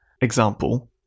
example